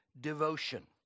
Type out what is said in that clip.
devotion